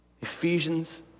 Ephesians